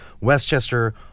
Westchester